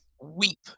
weep